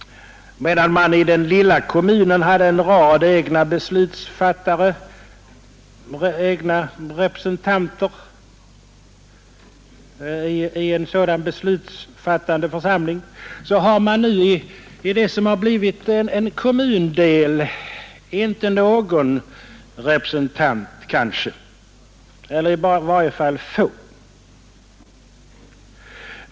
Medan man i den lilla kommunen hade en rad egna representanter i en beslutsfattande församling, har man nu i det som blivit en kommundel kanske inte någon representant eller i varje fall få.